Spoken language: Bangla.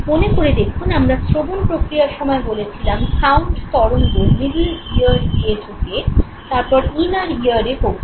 মনে করে দেখুন আমরা শ্রবণ প্রক্রিয়ার সময় বলেছিলাম সাউন্ড তরঙ্গ মিডল ইয়ার দিয়ে ঢুকে তারপরে ইনার ইয়ারে পৌঁছয়